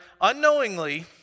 unknowingly